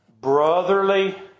brotherly